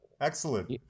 Excellent